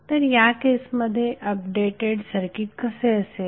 तर या केसमध्ये अपडेटेड सर्किट कसे असेल